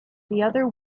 other